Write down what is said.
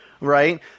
right